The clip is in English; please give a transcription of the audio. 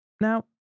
Now